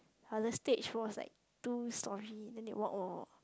but the stage was like two storey then they walk walk walk